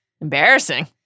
Embarrassing